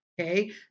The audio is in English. Okay